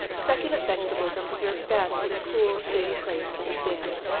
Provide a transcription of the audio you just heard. succulent vegetables are preserved best in a cool, shady place, that is damp.